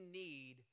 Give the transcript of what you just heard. need